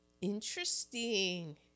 Interesting